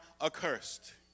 accursed